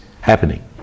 happening